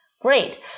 Great